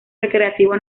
recreativo